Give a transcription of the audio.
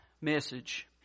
message